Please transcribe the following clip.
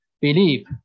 believe